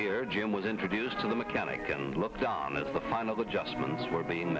here jim was introduced to the mechanic and looked on the final adjustments were being